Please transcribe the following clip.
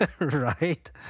Right